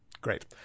Great